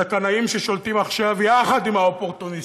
ולקנאים ששולטים עכשיו יחד עם האופורטוניסטים,